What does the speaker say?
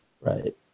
Right